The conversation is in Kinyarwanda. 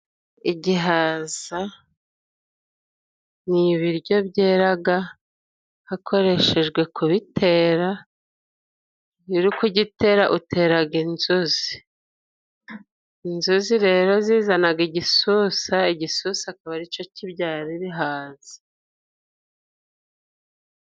Igihaza ni ibiryo byeraga hakoreshejwe kubitera iyo uri kugitera uteraga inzuzi, inzuzi rero zizanaga igisusa igisusa akaba aricyo kibyara ibihaza.